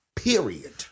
Period